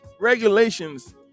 regulations